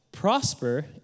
Prosper